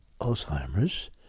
alzheimer's